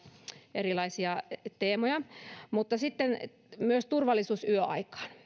erilaisia teemoja mutta sitten myös turvallisuus yöaikaan